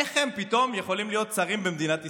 איך הם פתאום יכולים להיות שרים במדינת ישראל?